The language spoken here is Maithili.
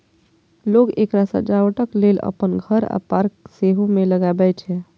लोक एकरा सजावटक लेल अपन घर आ पार्क मे सेहो लगबै छै